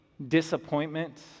Disappointment